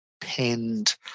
pinned